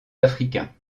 africains